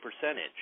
percentage